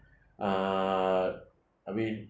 uh I mean